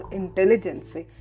intelligence